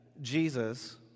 Jesus